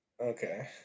Okay